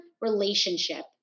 relationship